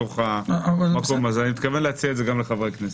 אני מתכוון להציע את זה גם לחברי הכנסת.